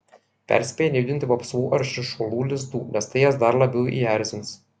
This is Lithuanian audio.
perspėja nejudinti vapsvų ar širšuolų lizdų nes tai jas dar labiau įerzins